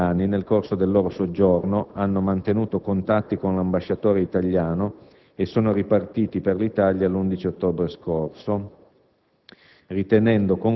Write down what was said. I due medici italiani, nel corso del loro soggiorno, hanno mantenuto contatti con l'Ambasciatore italiano e sono ripartiti per l'Italia l'11 ottobre scorso,